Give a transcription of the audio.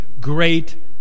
great